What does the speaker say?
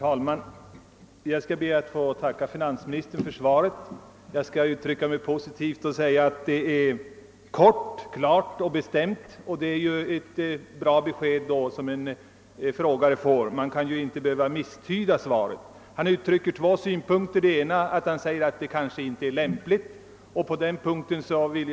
Herr talman! Jag ber att få tacka finansministern för svaret på min fråga. Jag skall uttrycka mig positivt och säga att det är kort, klart och bestämt, vilket ju är bra för en frågeställare. Svaret kan ju inte misstydas. Finansministern anlägger två synpunkter, varav den ena är att statlig ersättning i detta fall inte är lämplig.